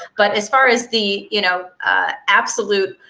but as far as the you know ah absolute,